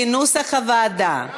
כנוסח הוועדה.